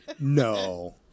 no